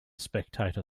spectator